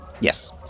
Yes